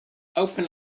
open